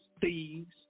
thieves